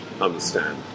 understand